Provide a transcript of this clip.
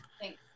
Thanks